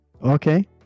Okay